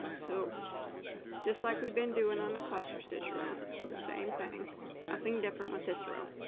so just like we've been doing on the cluster stitch row. it's the same thing nothing different with this row